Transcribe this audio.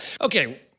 okay